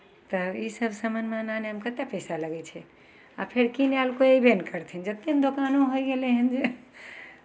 तऽ इसभ सामान नानयमे कतेक पैसा लगै छै आ फेर की भएल कोइ अयबे नहि करथिन जतेक ने दोकान होय गेलै हन जे